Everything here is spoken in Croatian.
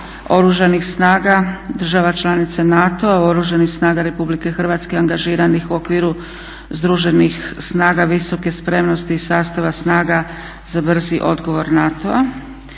Oružanih snaga država članica NATO-a i Oružanih snaga RH angažiranih u okviru Združenih snaga visoke spremnosti iz sustava snaga za brzi odgovor NATO-a,